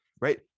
right